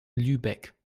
lübeck